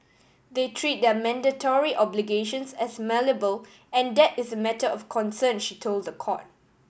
they treat their mandatory obligations as malleable and that is a matter of concern she told the court